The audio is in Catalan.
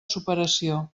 superació